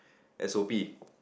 S_O_P